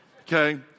Okay